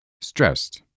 Stressed